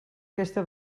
aquesta